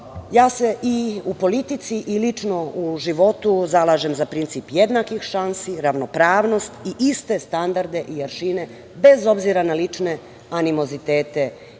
se u politici, a i lično u životu, zalažem za princip jednakih šansi, ravnopravnost i iste standarde i aršine, bez obzira na lične animozitete i